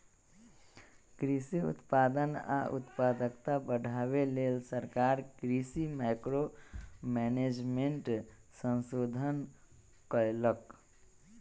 कृषि उत्पादन आ उत्पादकता बढ़ाबे लेल सरकार कृषि मैंक्रो मैनेजमेंट संशोधन कएलक